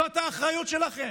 זו האחריות שלכם.